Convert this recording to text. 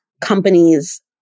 companies